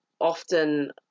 often